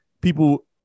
people